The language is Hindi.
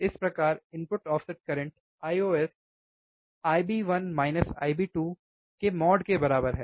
इस प्रकार input offset current Ios Ib1 minus Ib2 के mod के बराबर है